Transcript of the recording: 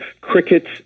crickets